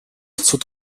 zur